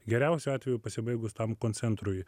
geriausiu atveju pasibaigus tam koncentrui